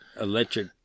electric